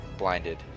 Blinded